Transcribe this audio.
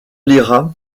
lyra